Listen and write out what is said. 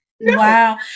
Wow